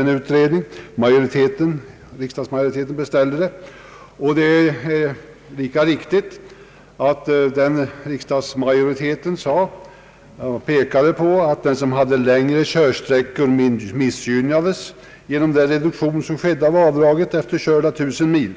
en utredning, och det är lika riktigt att riksdagens majoritet då sade att den som hade längre körsträcka missgynnades genom den reduktion av avdraget som skedde efter körda 1 000 mil.